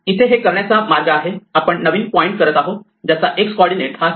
इथे हे करण्याचा हा मार्ग आहे आपण नवीन पॉईंट करत आहोत ज्याचा x कॉर्डीनेट हा सेल्फ